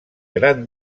gran